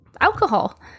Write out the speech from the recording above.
alcohol